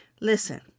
Listen